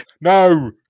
No